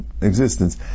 existence